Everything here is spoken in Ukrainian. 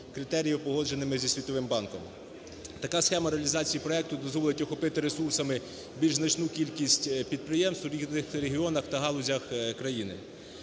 Така схема реалізації проекту дозволить охопити ресурсами більш значну кількість підприємств у різних регіонах та галузях країни.